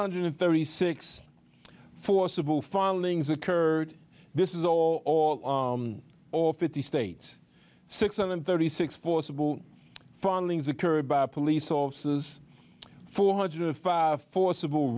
hundred and thirty six forcible filings occurred this is all or fifty states six hundred and thirty six forcible findings occurred by police officers four hundred and five forcible